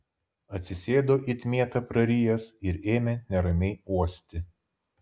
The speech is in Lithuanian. atsisėdo it mietą prarijęs ir ėmė neramiai uosti